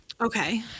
Okay